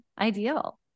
ideal